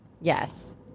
Yes